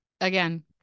again